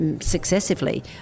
successively